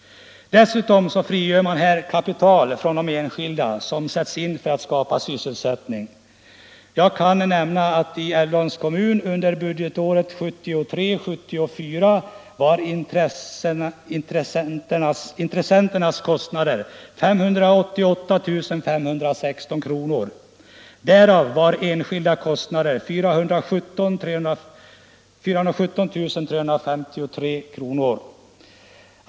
Dessutom frigör man här kapital från enskilda som sätts in för att skapa sysselsättning. Jag kan nämna att i Älvdalens kommun under budgetåret 1973/74 var intressenternas kostnader 588 516 kr. Därav var enskilda kostnader 417 353 kr.